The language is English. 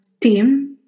team